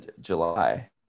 july